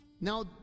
Now